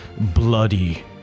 bloody